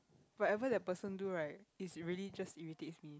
whatever the person do right is really just irritates me